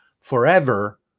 forever